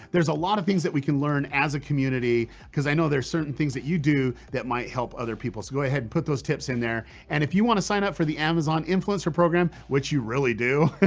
there's a lot of things that we can learn as a community, cause i know there's certain things that you do that might help other people, so go ahead and put those tips in there and if you want to sign up for the amazon influencer program which you really do,